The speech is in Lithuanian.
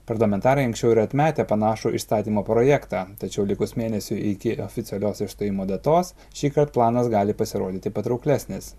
parlamentarai anksčiau yra atmetę panašų išstatymo projektą tačiau likus mėnesiui iki oficialios išstojimo datos šįkart planas gali pasirodyti patrauklesnis